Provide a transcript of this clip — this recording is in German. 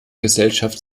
gesellschaft